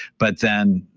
but then,